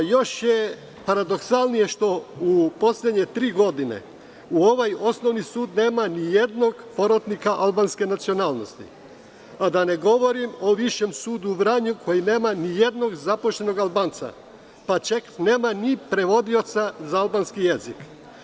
Još je paradoksalnije što u poslednje tri godine u ovom osnovnom sudu nema ni jednog porotnika albanske nacionalnosti, a da ne govorim o Višem sudu u Vranju koji nema ni jednog zaposlenog Albanca, pa čak nema ni prevodioca za albanski jezik.